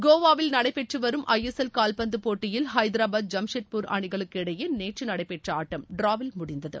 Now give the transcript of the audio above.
கேவாவில் நடைபெற்று வரும் ஐஎஸ்எல் கால்பந்து போட்டியில் ஹைதராபாத் ஜம்ஷெட்பூர் அணிகளுக்கு இடையே நேற்று நடைபெற்ற ஆட்டம் டிரவில் முடிந்தது